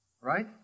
Right